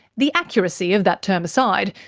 the accuracy of that term aside,